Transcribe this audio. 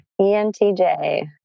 ENTJ